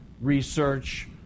research